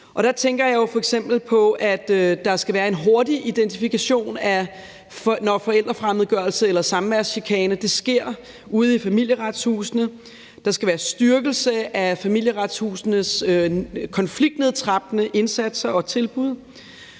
der skal være en hurtig identifikation af det, når forældrefremmedgørelse eller samværschikane sker, ude i Familieretshuset. Der skal være styrkelse af Familieretshusets konfliknedtrappende indsatser og tilbud.